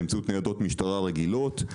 באמצעות ניידות משטרה רגילות.